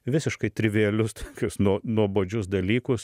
visiškai trivialius tokius nuo nuobodžius dalykus